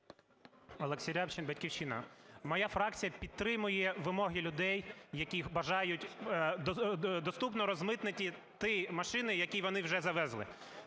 Олексій Рябчин, "Батьківщина". Моя фракція підтримує вимоги людей, які бажають доступно розмитнити ті машини, які вони вже завезли.